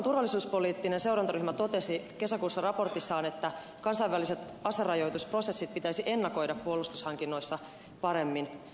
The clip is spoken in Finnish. eduskunnan turvallisuuspoliittinen seurantaryhmä totesi kesäkuussa raportissaan että kansainväliset aserajoitusprosessit pitäisi ennakoida puolustushankinnoissa paremmin